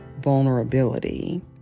vulnerability